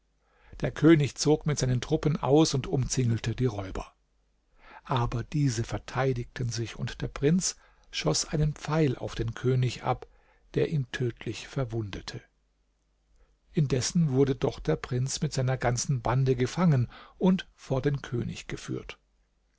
der könig zog mit seinen truppen aus und umzingelte die räuber aber diese verteidigten sich und der prinz schoß einen pfeil auf den könig ab der ihn tödlich verwundete indessen wurde doch der prinz mit seiner ganzen bande gefangen und vor den könig geführt